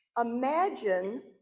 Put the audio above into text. imagine